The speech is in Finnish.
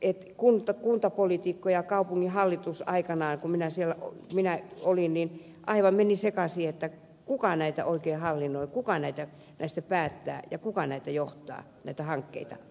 kun kuntapoliitikkona ja kaupunginhallituksessa aikanaan olin niin aivan menin sekaisin siinä kuka näitä oikein hallinnoi kuka näistä päättää ja kuka johtaa näitä hankkeita